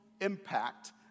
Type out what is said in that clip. impact